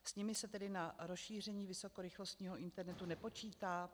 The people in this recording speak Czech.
S nimi se tedy na rozšíření vysokorychlostního internetu nepočítá?